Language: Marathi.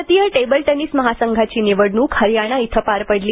भारतीय टेबल टेनिस महासंघाची निवडणूक हरियाणा येथे पार पडली